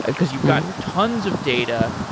because you've got tons of data,